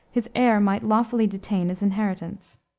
his heir might lawfully detain his inheritance.